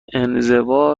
انزوا